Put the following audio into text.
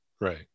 Right